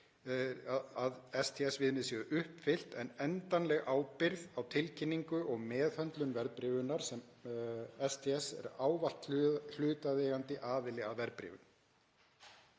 að STS-viðmið séu uppfyllt, en endanleg ábyrgð á tilkynningu og meðhöndlun verðbréfunar sem STS er ávallt hlutaðeigandi aðila að verðbréfun.